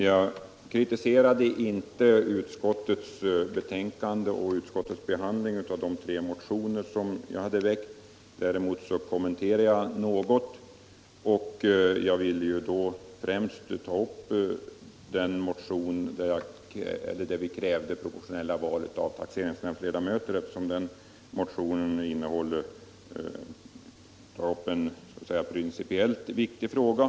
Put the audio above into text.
Herr talman! Jag kritiserade inte utskottets behandling av de tre motioner som jag väckt. Däremot kommenterade jag dessa något och ville då främst fästa uppmärksamheten på den motion där vi krävt proportionella val vid utseende av taxeringsnämndsledamöter, eftersom den tar upp en principiellt viktig fråga.